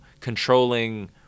controlling